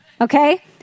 okay